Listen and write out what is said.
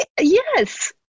yes